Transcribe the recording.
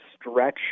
stretch